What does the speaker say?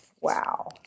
Wow